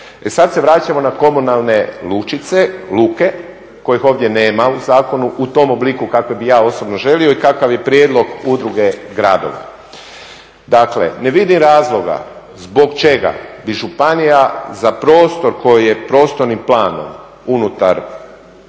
sad se vraćamo na komunalne lučice, luke kojih ovdje nema u ovom zakonu u tom obliku kakve bih ja osobno želio i kakav je prijedlog Udruge gradova. Dakle, ne vidim razloga zbog čega bi županija za prostor koji je prostornim planom unutar